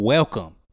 Welcome